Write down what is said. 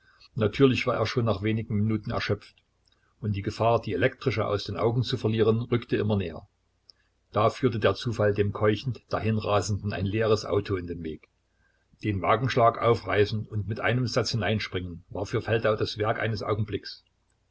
natürlich war er schon nach wenigen minuten erschöpft und die gefahr die elektrische aus den augen zu verlieren rückte immer näher da führte der zufall dem keuchend dahinrasenden ein leeres auto in den weg den wagenschlag aufreißen und mit einem satz hineinspringen war für feldau das werk eines augenblicks